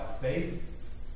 faith